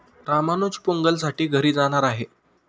रामानुज पोंगलसाठी घरी जाणार आहे